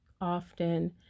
often